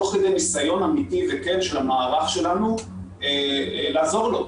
תוך כדי ניסיון אמיתי וכן של המערך שלנו לעזור לו.